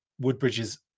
Woodbridge's